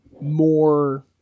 more